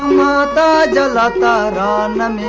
um la la la la and um la i mean